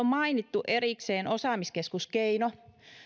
on mainittu erikseen osaamiskeskus keino